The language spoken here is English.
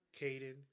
Caden